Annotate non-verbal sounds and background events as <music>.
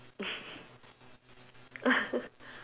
<laughs>